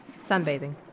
Sunbathing